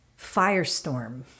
Firestorm